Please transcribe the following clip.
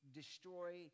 destroy